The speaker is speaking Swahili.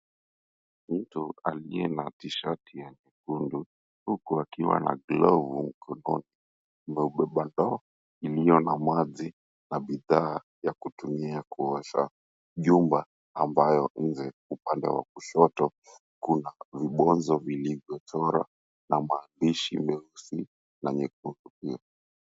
Mtu aliye na (cs) t-shirt (cs)ya nyekundu huku akiwa na glovu mkononi amebeba ndoo iliyo na maji na bidhaa ya kutumia kuosha. Jumba ambayo nje upande wa kushoto kuna vibonzo vilivyochora na maandishi meusi na nyekundu pia.